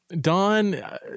Don